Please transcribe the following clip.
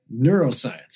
neuroscience